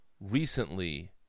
recently